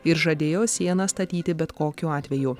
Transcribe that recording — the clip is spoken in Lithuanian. ir žadėjo sieną statyti bet kokiu atveju